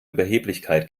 überheblichkeit